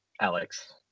Alex